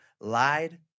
Lied